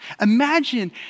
Imagine